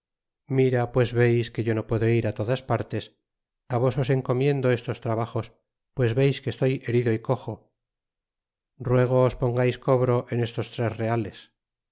mira pues veis que yo no puedo ir á todas partes á vos os encomiendo estos trabajos pues veis que estoy herido y coxo ruego os pongais cobro en estos tres reales